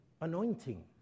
anointing